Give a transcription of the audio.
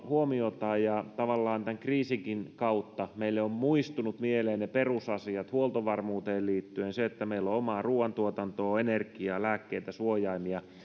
huomiota ja tavallaan tämän kriisinkin kautta meille ovat muistuneet mieleen ne perusasiat huoltovarmuuteen liittyen se että meillä on omaa ruuantuotantoa energiaa lääkkeitä ja suojaimia